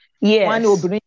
Yes